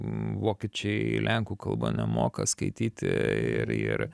vokiečiai lenkų kalba nemoka skaityti ir ir